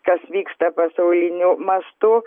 kas vyksta pasauliniu mastu